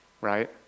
right